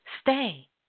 stay